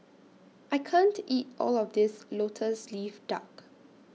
I can't eat All of This Lotus Leaf Duck